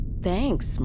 Thanks